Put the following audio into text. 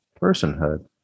personhood